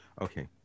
Okay